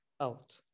out